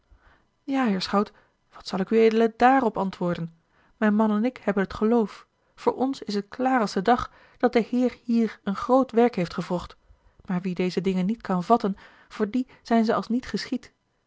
ja heer schout wat zal ik ued dààr op antwoorden mijn man en ik hebben t geloof voor ons is het klaar als de dag dat de heer hier een groot werk heeft gewrocht maar wie deze dingen niet kan vatten voor dien zijn ze als niet geschied